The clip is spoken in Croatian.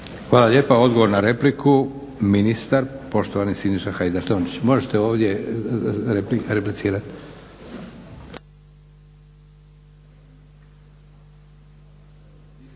Hvala lijepa odgovor na repliku ministar poštovani Siniša Hajdaš Dončić. Možete ovdje replicirati.